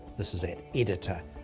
this is at editor,